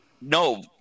No